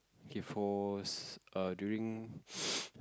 K force err during